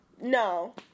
No